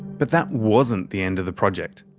but that wasn't the end of the project,